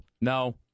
no